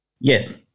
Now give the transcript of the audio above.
Yes